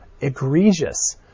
egregious